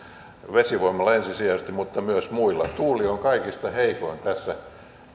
vesivoimalla mutta myös muilla tuuli on kaikista heikoin tässä